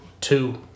two